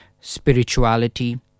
spirituality